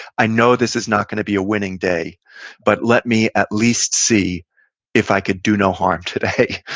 i know this is not going to be a winning day but let me at least see if i could do no harm today.